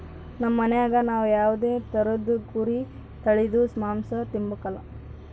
ನಮ್ ಮನ್ಯಾಗ ನಾವ್ ಯಾವ್ದೇ ತರುದ್ ಕುರಿ ತಳೀದು ಮಾಂಸ ತಿಂಬಕಲ